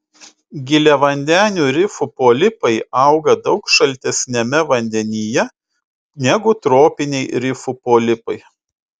giliavandenių rifų polipai auga daug šaltesniame vandenyje negu tropiniai rifų polipai